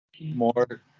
more